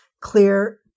clear